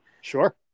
Sure